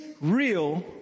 real